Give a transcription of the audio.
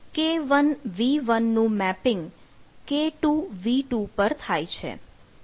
એટલે કે k1v1 નું મેપિંગ k2v2 પર થાય છે